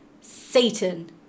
Satan